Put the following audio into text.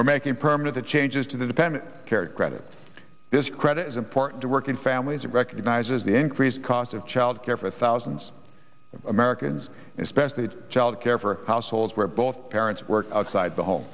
were making permanent the changes to the dependent care credit this credit is important to working families it recognizes the increased cost of child care for thousands of americans especially child care for households where both parents work outside the home